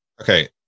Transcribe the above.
okay